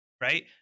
right